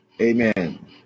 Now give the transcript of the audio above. Amen